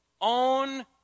on